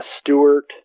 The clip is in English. Stewart